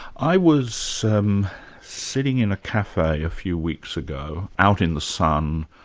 i was um sitting in a cafe a few weeks ago, out in the sun,